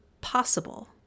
possible